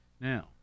Now